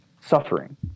suffering